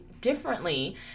differently